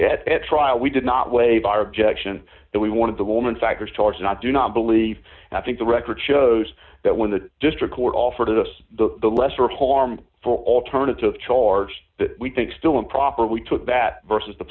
is a trial we did not waive our objection that we wanted the woman factors towards not do not believe and i think the record shows that when the district court offered us the lesser harm for alternative charge we think still improper we took that versus the